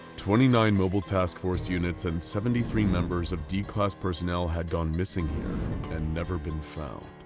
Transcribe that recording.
twenty-nine mobile task force units and seventy-three members of d-class personnel had gone missing here and never been found.